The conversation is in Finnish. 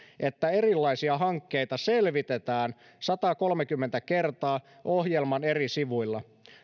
että erilaisia hankkeita selvitetään satakolmekymmentä kertaa ohjelman eri sivuilla